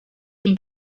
him